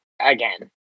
again